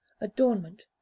adornment